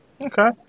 Okay